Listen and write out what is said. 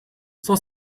sans